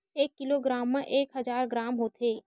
एक किलोग्राम मा एक हजार ग्राम होथे